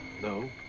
No